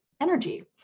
energy